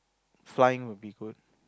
flying would be good